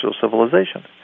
civilization